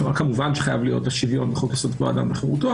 כמובן שחייב להיות השוויון בחוק יסוד: כבוד האדם וחירותו,